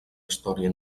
història